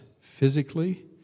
physically